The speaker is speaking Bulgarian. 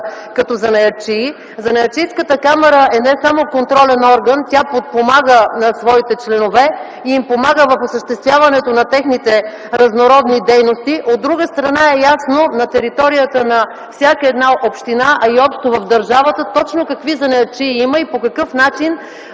като занаятчии. Занаятчийската камара е не само контролен орган, тя подпомага своите членове, помага им в осъществяването на техните разнородни дейности. От друга страна е ясно на територията на всяка една община, а и общо в държавата точно какви занаятчии има и по какъв начин